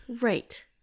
Right